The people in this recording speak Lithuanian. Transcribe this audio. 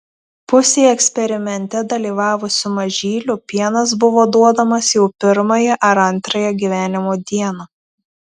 pusei eksperimente dalyvavusių mažylių pienas buvo duodamas jau pirmąją ar antrąją gyvenimo dieną